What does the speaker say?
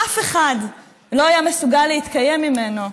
אף אחד לא היה מסוגל להתקיים ממנו.